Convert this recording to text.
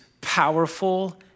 powerful